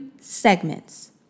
segments